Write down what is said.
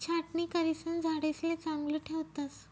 छाटणी करिसन झाडेसले चांगलं ठेवतस